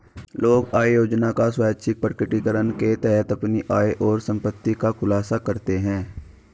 लोग आय योजना का स्वैच्छिक प्रकटीकरण के तहत अपनी आय और संपत्ति का खुलासा करते है